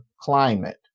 climate